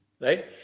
right